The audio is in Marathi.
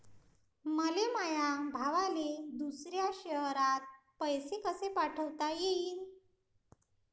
मले माया भावाले दुसऱ्या शयरात पैसे कसे पाठवता येईन?